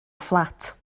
fflat